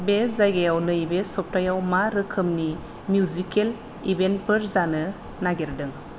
बे जायगायाव नैबे सबथायाव मा रोखोमनि मिउजिकेल इभेन्टफोर जानो नागेरदों